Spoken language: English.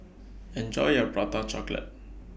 Enjoy your Prata Chocolate